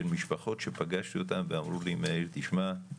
משפחות שפגשתי אותם ואמרו לי מאיר תשמע,